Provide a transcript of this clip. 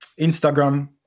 Instagram